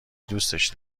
دوستش